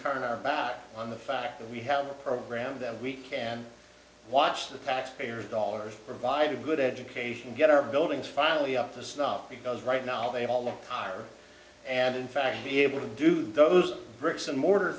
turn our back on the fact that we have a program that we can watch the taxpayer dollars provide a good education get our buildings finally up to snuff because right now they all hire and in fact be able to do those bricks and mortar